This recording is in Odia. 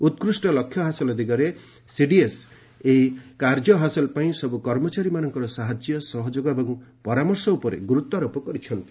ଉକୁଷ୍ଟ ଲକ୍ଷ୍ୟ ହାସଲ ଦିଗରେ ସିଡିଏସ୍ ଏହି କାର୍ଯ୍ୟ ପାଇଁ ସବୁ କର୍ମଚାରୀମାନଙ୍କର ସାହାଯ୍ୟ ସହଯୋଗ ଏବଂ ପରାମର୍ଶ ପାଇଁ ଗୁରୁତ୍ୱାରୋପ କରିଛନ୍ତି